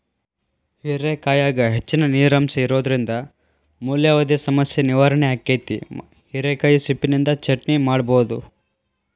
ಹೇರೆಕಾಯಾಗ ಹೆಚ್ಚಿನ ನೇರಿನಂಶ ಇರೋದ್ರಿಂದ ಮೂಲವ್ಯಾಧಿ ಸಮಸ್ಯೆ ನಿವಾರಣೆ ಆಕ್ಕೆತಿ, ಹಿರೇಕಾಯಿ ಸಿಪ್ಪಿನಿಂದ ಚಟ್ನಿ ಮಾಡಬೋದು